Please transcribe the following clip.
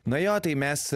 na jo tai mes